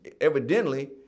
evidently